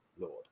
Lord